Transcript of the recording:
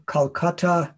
Calcutta